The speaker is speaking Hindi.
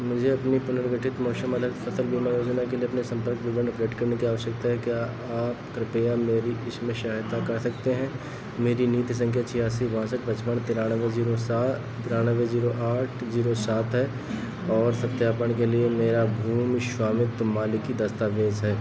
मुझे अपनी पुनर्गठित मौसम आधारित फ़सल बीमा योजना के लिए अपने सम्पर्क विवरण अपडेट करने की आवश्यकता है क्या आप कृपया इसमें मेरी सहायता कर सकते हैं मेरी नीति सँख्या छियासी बासठ पचपन तेरानवे ज़ीरो सा तेरानवे ज़ीरो आठ ज़ीरो सात है और सत्यापन के लिए यहाँ मेरा भूमि स्वामित्व मालिकी दस्तावेज़ है